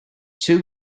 two